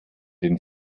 dem